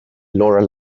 laura